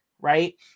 right